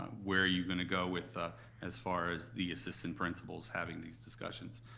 um where are you gonna go with ah as far as the assistant principals having these discussions,